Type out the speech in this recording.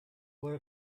were